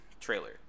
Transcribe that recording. trailer